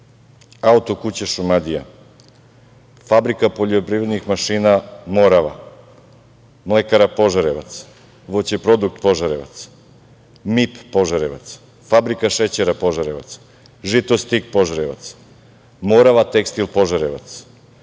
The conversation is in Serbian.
Auto kuća „Šumadija“, Fabrika poljoprivrednih mašina „Morava“, Mlekara „Požarevac“, „Voćeprodukt“ Požarevac, MIP Požarevac, Fabrika šećera Požarevac, „Žitostig“ Požarevac, „Morava tekstil“ Požarevac,